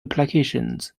applications